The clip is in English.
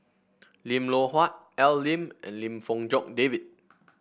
Lim Loh Huat Al Lim and Lim Fong Jock David